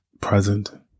present